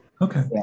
Okay